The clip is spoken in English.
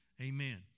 Amen